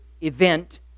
event